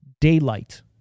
Daylight